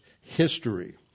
history